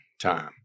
time